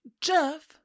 Jeff